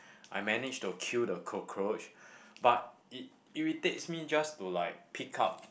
I manage to kill the cockroach but it irritates me just to like pick up